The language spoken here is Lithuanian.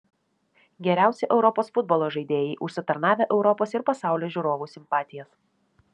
geriausi europos futbolo žaidėjai užsitarnavę europos ir pasaulio žiūrovų simpatijas